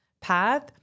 path